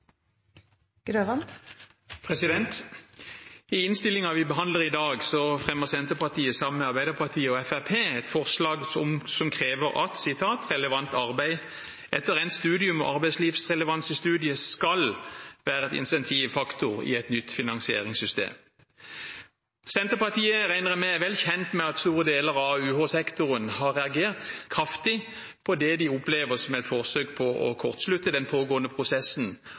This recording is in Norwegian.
et forslag der en krever at relevant arbeid etter endt studium og arbeidslivsrelevans i studiet skal være et insentiv/en faktor i et nytt finansieringssystem. Jeg regner med at Senterpartiet er vel kjent med at store deler av UH-sektoren har reagert kraftig på det de opplever som et forsøk på å kortslutte den pågående prosessen